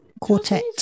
Quartet